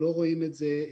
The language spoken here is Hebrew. במגבלות,